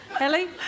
Ellie